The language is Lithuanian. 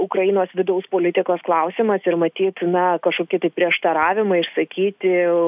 ukrainos vidaus politikos klausimas ir matyti na kažkokie tai prieštaravimai išsakyti